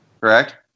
Correct